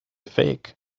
fake